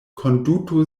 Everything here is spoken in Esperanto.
konduto